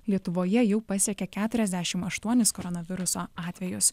lietuvoje jau pasiekė keturiasdešim aštuonis koronaviruso atvejus